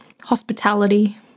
hospitality